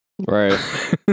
right